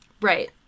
Right